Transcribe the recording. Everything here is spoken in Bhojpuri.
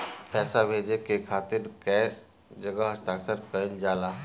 पैसा भेजे के खातिर कै जगह हस्ताक्षर कैइल जाला?